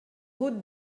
route